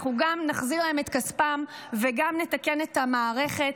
אנחנו גם נחזיר להם את כספם וגם נתקן את המערכת.